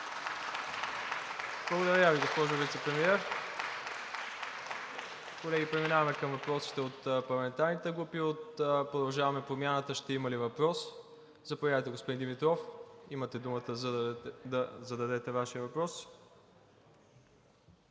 Благодаря Ви, госпожо Вицепремиер. Колеги, преминаваме към въпросите от парламентарните групи. От „Продължаваме Промяната“ ще има ли въпрос? Заповядайте, господин Димитров – имате думата, за да зададете Вашия въпрос.